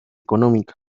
económica